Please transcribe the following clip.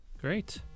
Great